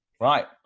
Right